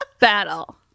battle